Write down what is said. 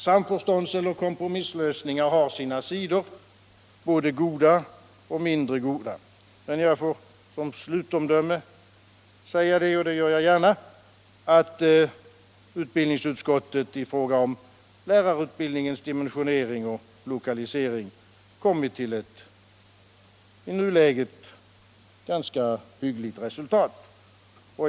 Samförståndseller kompromisslösningar har sina sidor, både goda och mindre goda. Men jag får som slutomdöme säga — och det gör jag gärna — att utbildningsutskottet i fråga om lärareutbildningens dimensionering och lokalisering kommit till ett i nuläget ganska hyggligt resultat.